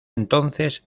entonces